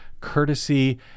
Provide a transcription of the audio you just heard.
courtesy